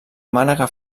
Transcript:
mànega